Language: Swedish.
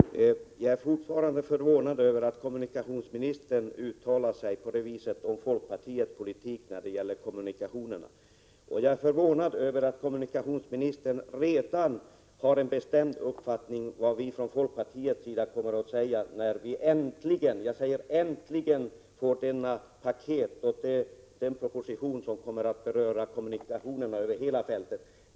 Herr talman! Jag är fortfarande förvånad över kommunikationsministerns uttalanden om folkpartiets politik när det gäller kommunikationerna. Jag är också förvånad över att kommunikationsministern redan har en bestämd uppfattning om vad folkpartiet kommer att säga när den proposition äntligen kommer som berör kommunikationerna över hela fältet.